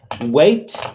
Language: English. wait